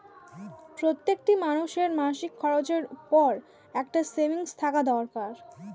প্রত্যেকটি মানুষের মাসিক খরচের পর একটা সেভিংস থাকা দরকার